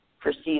perceive